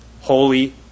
holy